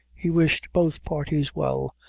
he wished both parties well,